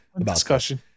Discussion